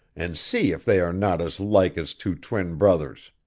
and see if they are not as like as two twin brothers